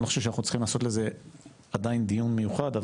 אני לא חושב שאנחנו צריכים לעשות לזה עדיין דיון מיוחד,